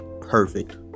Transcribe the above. perfect